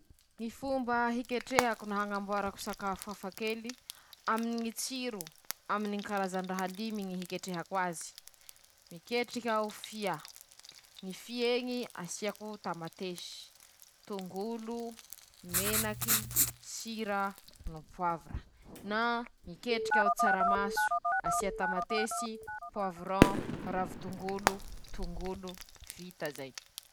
Ñy fomba fiketrehan-tsakafo hitako, mahatseriky ahy bakaminy ñy kolotsay hafa añy: -Ñy fomba fiketreha sôsy a zapon añy, -Ñy fomba fiketreha tapà an'èspañe, -Ñy fomba fiketreha fô baka vêtnamy ao.